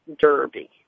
Derby